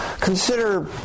consider